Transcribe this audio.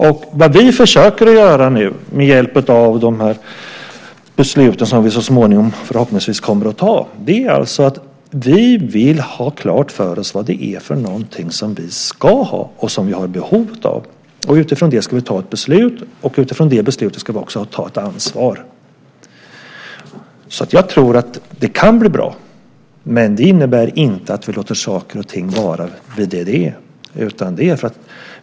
Det vi försöker göra nu, med hjälp av de beslut som vi så småningom förhoppningsvis kommer att fatta, är att vi vill göra klart för oss vad det är för någonting som vi ska ha och som vi har behov av. Utifrån det ska vi fatta ett beslut, och utifrån det beslutet ska vi också ta ett ansvar. Jag tror att det kan bli bra, men det innebär inte att vi låter saker och ting vara vid det de är.